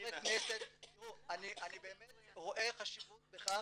תראו, אני באמת רואה חשיבות בכך,